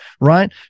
right